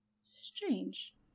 Strange